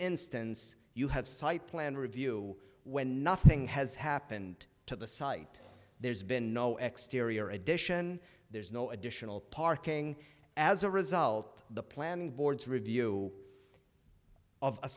instance you have site plan review when nothing has happened to the site there's been no exteriors addition there's no additional parking as a result the planning board to review of a